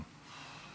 לא.